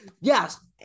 yes